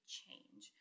change